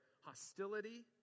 hostility